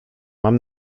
mam